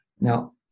Now